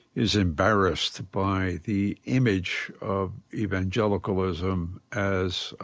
is embarrassed by the image of evangelicalism as